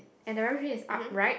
and the rubbish bin is upright